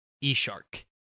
E-shark